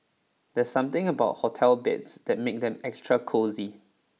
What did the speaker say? there's something about hotel beds that make them extra cosy